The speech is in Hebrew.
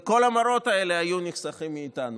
וכל המראות האלה היו נחסכים מאיתנו.